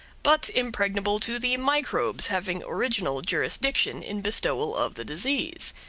but impregnable to the microbes having original jurisdiction in bestowal of the disease.